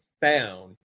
found